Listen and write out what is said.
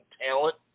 talent